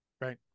Right